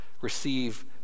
receive